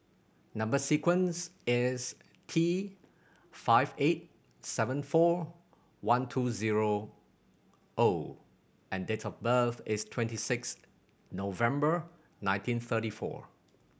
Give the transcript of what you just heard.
number sequence is T five eight seven four one two zero O and date of birth is twenty six November nineteen thirty four